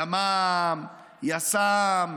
ימ"מ, יס"מ,